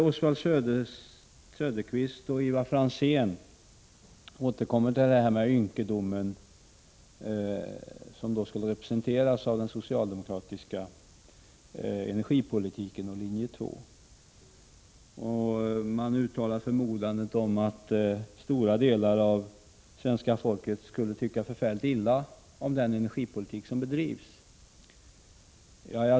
Oswald Söderqvist och Ivar Franzén återkommer och talar om den ynkedom som skulle representeras av den socialdemokratiska energipolitiken och linje 2. De tror att stora delar av svenska folket tycker förfärligt illa om den energipolitik som bedrivs.